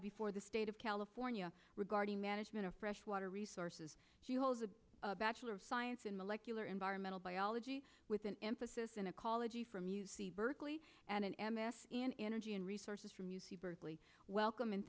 before the state of california regarding management of fresh water resources she holds a bachelor of science in molecular environmental biology with an emphasis in a college e from u c berkeley and an m s in energy and resources from u c berkeley welcome and